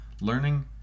learning